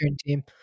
team